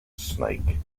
snake